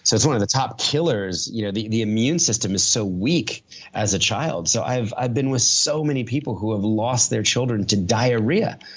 so it's one of the top killers. you know the the immune system is so weak as a child. so, i've i've been with so many people who have lost their children to diarrhea.